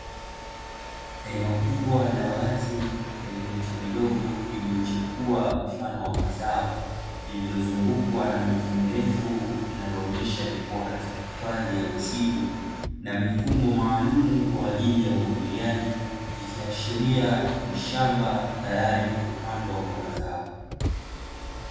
Eneo kubwa la wazi lenye miche midogo iliyochepua mfano wa mazao, lililozungukwa na miti mirefu linaloonyesha ni kuwa katika hifadhi ya misitu, na mifumo maalumu kwa ajili ya umwagiliaji; ikiashiria ni shamba tayari kwa kupandwa kwa mazao.